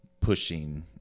pushing